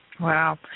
Wow